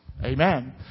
Amen